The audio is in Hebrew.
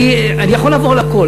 אני יכול לעבור על הכול,